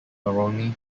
mulroney